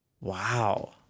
wow